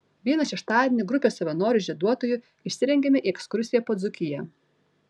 vieną šeštadienį grupė savanorių žieduotojų išsirengėme į ekskursiją po dzūkiją